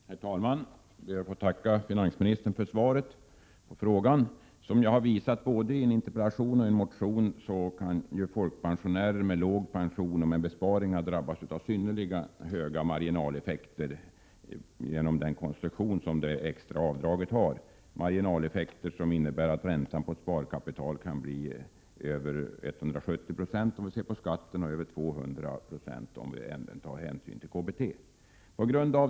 Herr talman! Jag ber att få tacka finansministern för svaret på min fråga. Som jag har visat både i en interpellation och i en motion kan folkpensionärer med låg pension och med besparingar drabbas av synnerligen höga marginaleffekter genom konstruktionen av det extra avdraget. Marginaleffekten kan bli över 170 96 på räntan på sparkapital och över 200 96 om hänsyn tas till KBT.